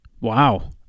Wow